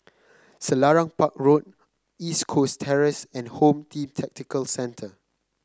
Selarang Park Road East Coast Terrace and Home Team Tactical Centre